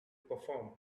perform